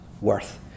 worth